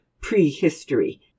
prehistory